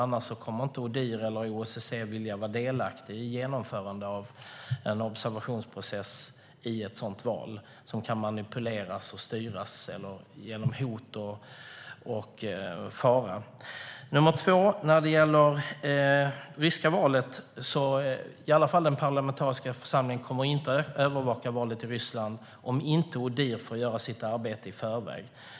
Annars kommer inte Odihr eller OSSE att vilja vara delaktiga i genomförandet av en observationsprocess i ett val som kan manipuleras och styras genom hot och fara. Den parlamentariska församlingen kommer inte att övervaka valet i Ryssland om inte Odihr får göra sitt arbete i förväg.